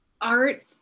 Art